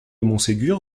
montségur